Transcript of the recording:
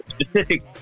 specific